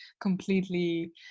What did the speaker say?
completely